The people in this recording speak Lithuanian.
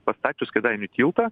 pastačius kėdainių tiltą